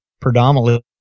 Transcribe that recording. predominantly